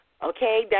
Okay